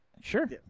Sure